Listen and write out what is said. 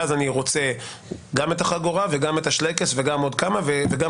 ואז אני רוצה גם את החגורה וגם את השלייקס וגם עוד כמה וגם